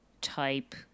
type